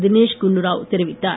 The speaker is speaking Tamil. தினேஷ் குண்டுராவ் தெரிவித்தார்